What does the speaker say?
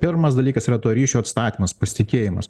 pirmas dalykas yra to ryšio atstatymas pasitikėjimas